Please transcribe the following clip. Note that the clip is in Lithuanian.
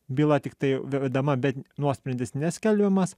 byla tiktai vedama bet nuosprendis neskelbiamas